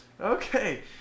Okay